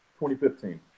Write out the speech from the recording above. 2015